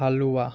হালুয়া